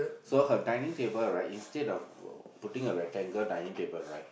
so her dining table right instead of putting a rectangle dining table right